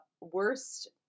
worst